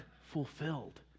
fulfilled